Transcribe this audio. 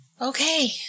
Okay